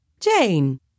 Jane